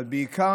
אבל בעיקר,